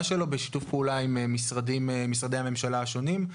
שלו בשיתוף פעולה עם משרדי הממשלה השונים.